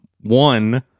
one